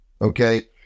Okay